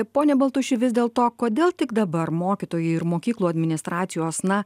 pone baltuši vis dėlto kodėl tik dabar mokytojai ir mokyklų administracijos na